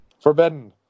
Forbidden